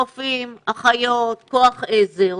רופאים, אחיות, כוח עזר,